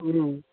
ம்